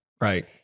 Right